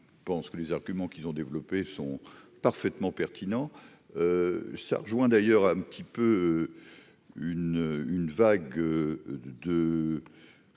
je pense que les arguments qu'ils ont développé, sont parfaitement pertinent, ça rejoint d'ailleurs un petit peu une une vague de